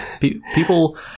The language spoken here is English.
people